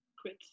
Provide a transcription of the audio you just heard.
quit